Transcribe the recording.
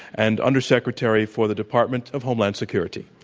and undersecretary for the department of homeland security.